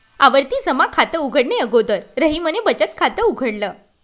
आवर्ती जमा खात उघडणे अगोदर रहीमने बचत खात उघडल